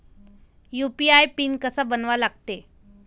UPI PIN कसा बनवा लागते?